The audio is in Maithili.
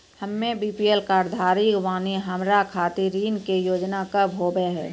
हम्मे बी.पी.एल कार्ड धारक बानि हमारा खातिर ऋण के योजना का होव हेय?